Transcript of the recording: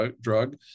drug